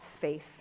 faith